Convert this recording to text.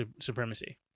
supremacy